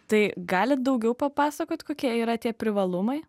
tai galit daugiau papasakot kokie yra tie privalumai